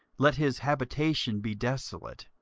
let his habitation be desolate,